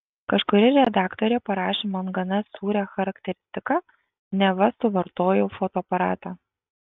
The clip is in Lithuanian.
kažkuri redaktorė parašė man gana sūrią charakteristiką neva suvartojau fotoaparatą